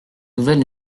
nouvelle